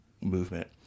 movement